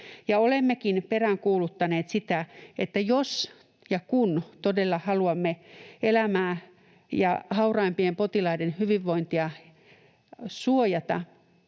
Olemmekin peräänkuuluttaneet sitä, että jos ja kun todella haluamme elämää ja hauraimpien potilaiden hyvinvointia suojata,